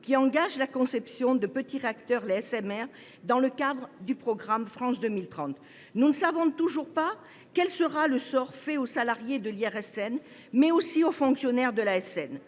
qui engagent la conception de petits réacteurs, les SMR, dans le cadre du programme France 2030. Nous ne savons toujours pas quel sera le sort fait aux salariés de l’IRSN et aux fonctionnaires de l’ASN.